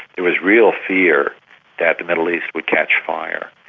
there was real fear that the middle east would catch fire.